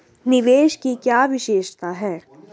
निवेश की क्या विशेषता है?